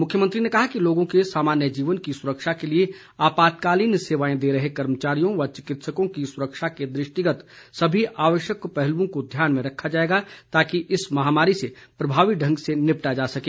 मुख्यमंत्री ने कहा कि लोगों के सामान्य जीवन की सुरक्षा के लिए आपातकालीन सेवाएं दे रहे कर्मचारियों व चिकित्सकों की सुरक्षा के दृष्टिगत सभी आवश्यक पहलुओं को ध्यान में रखा जाएगा ताकि इस महामारी से प्रभावी ढंग से निपटा जा सके